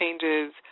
changes